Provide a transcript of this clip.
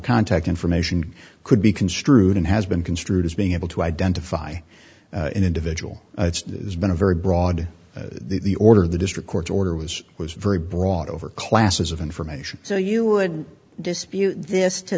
contact information could be construed and has been construed as being able to identify an individual that has been a very broad the order the district court's order was was very broad over classes of information so you would dispute this to